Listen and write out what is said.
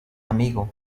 amigo